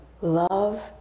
Love